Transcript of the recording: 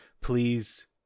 Please